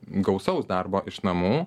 gausaus darbo iš namų